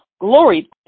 Glory